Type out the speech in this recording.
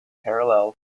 parallel